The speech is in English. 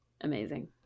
amazing